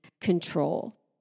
control